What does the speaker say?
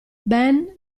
ben